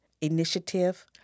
initiative